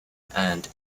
and